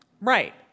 Right